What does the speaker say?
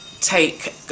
take